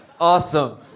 Awesome